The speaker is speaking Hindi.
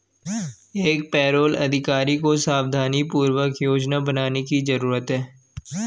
एक पेरोल अधिकारी को सावधानीपूर्वक योजना बनाने की जरूरत है